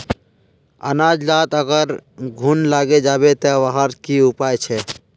अनाज लात अगर घुन लागे जाबे ते वहार की उपाय छे?